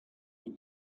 your